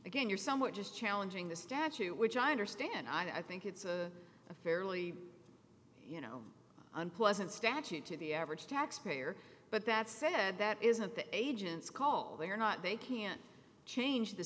again you're somewhat just challenging the statute which i understand i think it's a fairly you know and wasn't statute to the average taxpayer but that said that isn't the agent's call they're not they can't change the